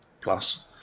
plus